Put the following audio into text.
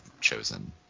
chosen